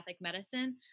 medicine